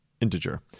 integer